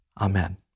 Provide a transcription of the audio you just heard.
Amen